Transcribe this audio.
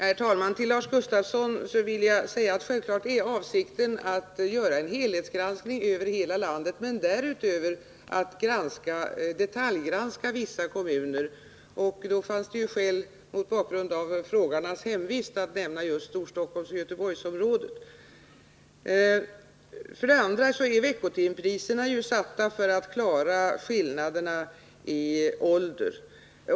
Herr talman! Till Lars Gustafsson vill jag säga att avsikten självfallet är att göra en helhetsgranskning över hela landet men därutöver att detaljgranska vissa kommuner. Då fanns det ju, mot bakgrund av frågarnas hemvist, skäl att nämna just Storstockholmsoch Göteborgsområdena. Timpriserna är satta för att klara skillnaderna i ålder.